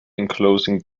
enclosing